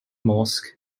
mosque